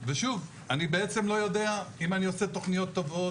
ושוב אני בעצם לא יודע אם אני עושה תוכניות טובות,